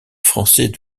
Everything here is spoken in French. français